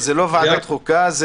זה לא ועדת החוקה,